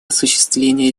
осуществления